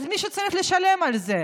אז מישהו צריך לשלם על זה.